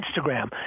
Instagram